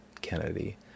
Kennedy